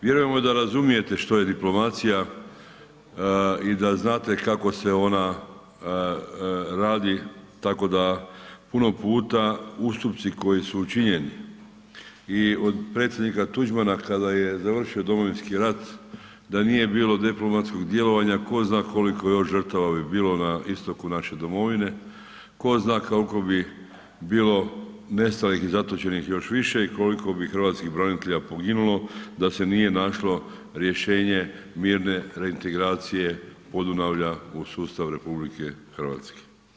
Vjerujemo da razumijete što je diplomacija i da znate kako se ona radi, tako da puno puta ustupci koji su učinjeni i od predsjednika Tuđmana kada je završio Domovinski rat, da nije bilo diplomatskog djelovanja, tko zna koliko još žrtava bi bilo na istoku naše domovine, tko zna koliko bi bilo nestalih i zatočenih još više i koliko bi hrvatskih branitelja poginulo da se nije našlo rješenje mirne reintegracije Podunavlja u sustavu RH.